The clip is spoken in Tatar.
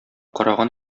караган